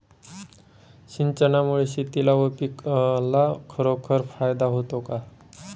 सिंचनामुळे शेतीला व पिकाला खरोखर फायदा होतो का?